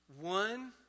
One